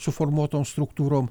suformuotom struktūrom